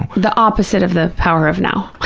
the opposite of the power of now.